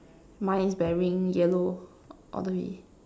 mine is wearing yellow all the way